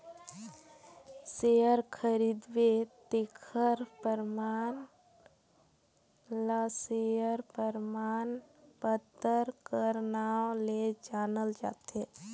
share खरीदबे तेखर परमान ल सेयर परमान पतर कर नांव ले जानल जाथे